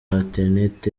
internet